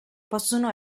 possono